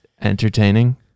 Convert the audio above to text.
entertaining